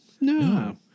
no